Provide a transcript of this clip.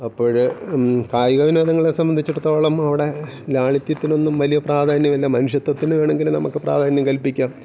അപ്പോഴ് കായിക വിനോദങ്ങളെ സംബന്ധിച്ചിടത്തോളം അവിടെ ലാളിത്യത്തിനൊന്നും വലിയ പ്രാധാന്യമില്ല മനുഷ്യത്വത്തിന് വേണമെങ്കിൽ നമുക്ക് പ്രാധാന്യം കൽപ്പിക്കാം